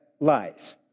lies